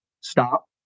stop